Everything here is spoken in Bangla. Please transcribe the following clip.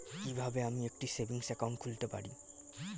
কি কিভাবে আমি একটি সেভিংস একাউন্ট খুলতে পারি?